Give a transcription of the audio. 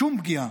שום פגיעה,